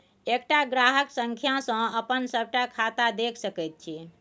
एकटा ग्राहक संख्या सँ अपन सभटा खाता देखि सकैत छी